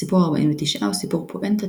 הסיפור הארבעים ותשעה הוא סיפור פואנטה